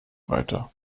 weiter